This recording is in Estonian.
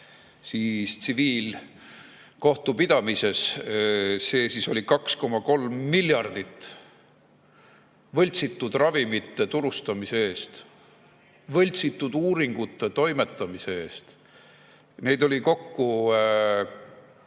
USA tsiviilkohtupidamises. See oli 2,3 miljardit võltsitud ravimite turustamise eest, võltsitud uuringute toimetamise eest. Kokku